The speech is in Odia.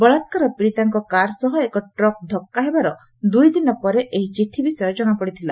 ବଳାତ୍କାର ପୀଡ଼ିତାଙ୍କ କାର୍ ସହ ଏକ ଟ୍ରକ୍ ଧକ୍କା ହେବାର ଦୁଇ ଦିନ ପରେ ଏହି ଚିଠି ବିଷୟ ଜଣାପଡ଼ିଥିଲା